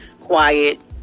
quiet